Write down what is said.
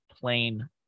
plain